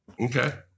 Okay